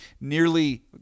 Nearly